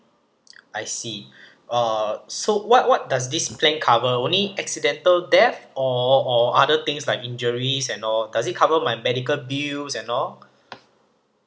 I see uh so what what does this plan cover only accidental death or or other things like injuries and all does it cover my medical bills and all